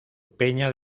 peña